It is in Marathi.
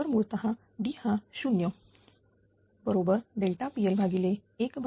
जर मुळतः D हा 0